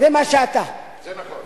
זה מה שאתה, זה נכון.